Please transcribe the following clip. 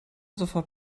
sofort